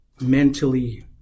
mentally